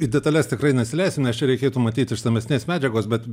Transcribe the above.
į detales tikrai nusileisim nes čia reikėtų matyt išsamesnės medžiagos bet